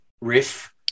riff